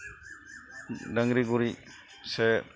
ᱰᱟᱹᱝᱨᱤ ᱜᱩᱨᱤᱡ ᱥᱮ